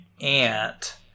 aunt